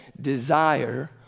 desire